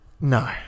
No